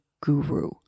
guru